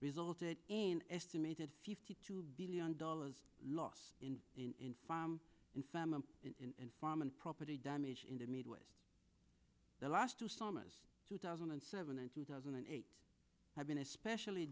resulted in an estimated fifty two billion dollars loss in farm in family and farm and property damage in the midwest the last two summers two thousand and seven and two thousand and eight have been especially